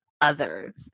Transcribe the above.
others